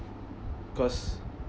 because